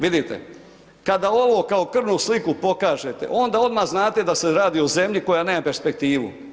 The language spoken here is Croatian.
Vidite, kada ovo kao krvnu sliku pokažete onda odmah znate da se radi o zemlji koja nema perspektivu.